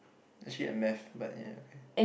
actually ya math but ya